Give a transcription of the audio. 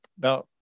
Now